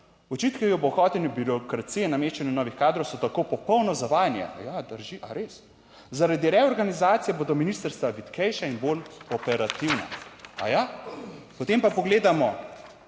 Očitki o bohotenju birokracije, nameščanju novih kadrov, so tako popolno zavajanje." Ja, drži, a res. "Zaradi reorganizacije bodo ministrstva vitkejša in bolj operativna." Aja, potem pa pogledamo